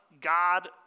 God